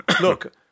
look